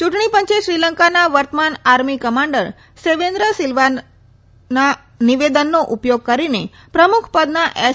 ચુંટણી પંચે શ્રીલંકાના વર્તમાન આર્મી કમાન્ડર સેવેન્દ્ર સિલવાના નિવેદનનો ઉપયોગ કરીને પ્રમુખ પદના એસ